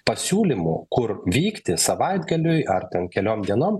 pasiūlymų kur vykti savaitgaliui ar ten keliom dienom